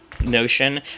notion